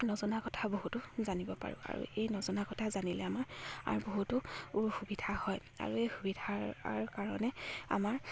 নজনা কথা বহুতো জানিব পাৰোঁ আৰু এই নজনা কথা জানিলে আমাৰ বহুতো সুবিধা হয় আৰু এই সুবিধাৰ কাৰণে আমাৰ